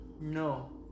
No